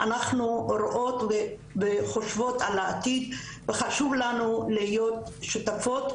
אנחנו רואות וחושבות על העתיד וחשוב לנו להיות שותפות,